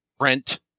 rent